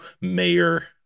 mayor